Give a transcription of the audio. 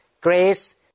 grace